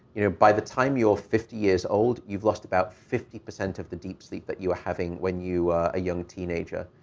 you know, by the time you're fifty years old, you've lost about fifty percent of the deep sleep that you are having when you are a young teenager.